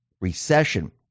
recession